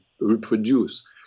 reproduce